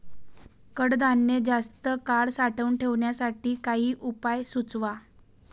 कडधान्य जास्त काळ साठवून ठेवण्यासाठी काही उपाय सुचवा?